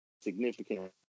significant